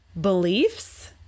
beliefs